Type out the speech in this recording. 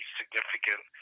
significant –